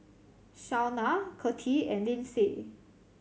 Shaunna Cathie and Lyndsay